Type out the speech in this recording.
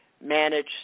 manage